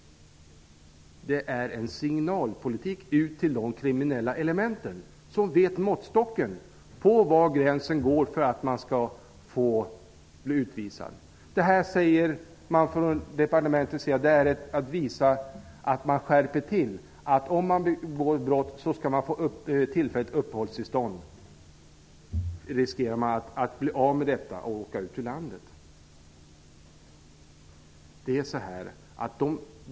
Detta är en signalpolitik. De kriminella elementen känner till måttstocken för var gränsen går för att bli utvisad. Från departementets sida säger man att detta visar att man skärper politiken. Om en flykting begår brott riskerar denne att bli av med sitt tillfälliga uppehållstillstånd och åka ut ur landet.